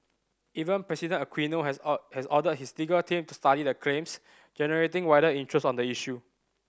Even President Aquino has has ordered his legal team to study the claims generating wider interest on the issue